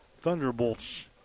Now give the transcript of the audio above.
Thunderbolts